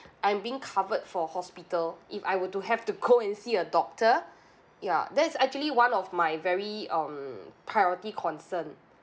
I'm being covered for hospital if I were to have to go and see a doctor ya that's actually one of my very um priority concern